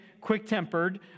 quick-tempered